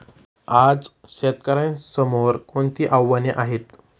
आज शेतकऱ्यांसमोर कोणती आव्हाने आहेत?